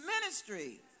ministry